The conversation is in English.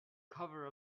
cover